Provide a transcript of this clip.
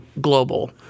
global